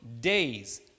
days